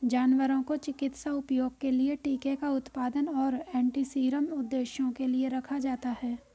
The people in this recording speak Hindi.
जानवरों को चिकित्सा उपयोग के लिए टीके का उत्पादन और एंटीसीरम उद्देश्यों के लिए रखा जाता है